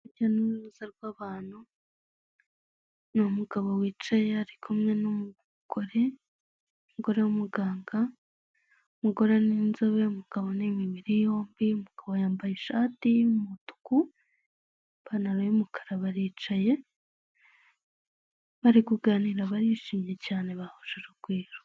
Urujya n'uruza rw'abantu, ni umugabo wicaye ari kumwe n'umugore, umugore w'umuganga, umugore ni inzobe, umugabo ni imibiri yombi, umugabo yambaye ishati y'umutuku, ipantaro y'umukara, baricaye, bari kuganira, barishimye cyane, bahuje urugwiro.